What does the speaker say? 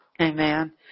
Amen